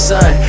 Sun